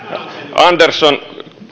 andersson